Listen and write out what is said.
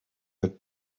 had